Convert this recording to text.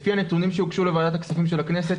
לפי הנתונים שהוגשו לוועדת הכספים של הכנסת,